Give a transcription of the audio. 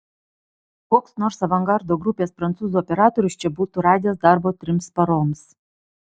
koks nors avangardo grupės prancūzų operatorius čia būtų radęs darbo trims paroms